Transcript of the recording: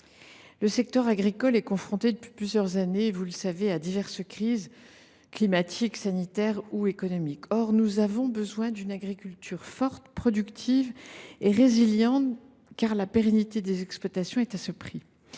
le secteur agricole est confronté, depuis plusieurs années, à diverses crises climatiques, sanitaires ou économiques. Or nous avons besoin d’une agriculture forte, productive et résiliente, car la pérennité des exploitations est à ce prix.